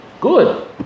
Good